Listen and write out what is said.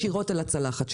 ישירות על הצלחת שלהם.